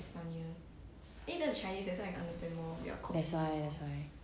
that's why that's why